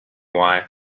why